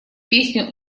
песню